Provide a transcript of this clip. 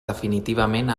definitivament